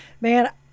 man